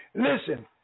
Listen